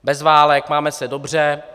Bez válek, máme se dobře.